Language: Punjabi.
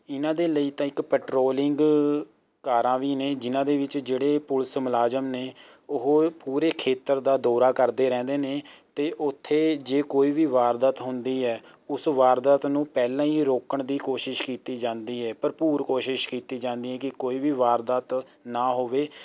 ਇਹਨਾਂ ਦੇ ਲਈ ਤਾਂ ਇੱਕ ਪੈਟਰੋਲਿੰਗ ਕਾਰਾਂ ਵੀ ਨੇ ਜਿਹਨਾਂ ਦੇ ਵਿੱਚ ਜਿਹੜੇ ਪੁਲਿਸ ਮੁਲਾਜ਼ਮ ਨੇ ਉਹ ਪੂਰੇ ਖੇਤਰ ਦਾ ਦੌਰਾ ਕਰਦੇ ਰਹਿੰਦੇ ਨੇ ਅਤੇ ਉੱਥੇ ਜੇ ਕੋਈ ਵੀ ਵਾਰਦਾਤ ਹੁੰਦੀ ਹੈ ਉਸ ਵਾਰਦਾਤ ਨੂੰ ਪਹਿਲਾਂ ਹੀ ਰੋਕਣ ਦੀ ਕੋਸ਼ਿਸ ਕੀਤੀ ਜਾਂਦੀ ਹੈ ਭਰਭੂਰ ਕੋਸ਼ਿਸ਼ ਕੀਤੀ ਜਾਂਦੀ ਹੈ ਕਿ ਕੋਈ ਵੀ ਵਾਰਦਾਤ ਨਾ ਹੋਵੇ